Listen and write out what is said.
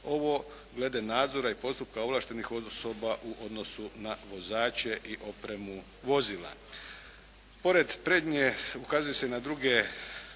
ovo glede nadzora i postupka ovlaštenih osoba u odnosu na vozače i opremu vozila.